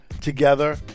together